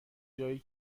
جایی